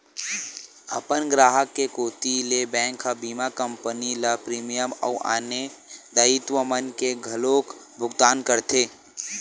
अपन गराहक के कोती ले बेंक ह बीमा कंपनी ल प्रीमियम अउ आने दायित्व मन के घलोक भुकतान करथे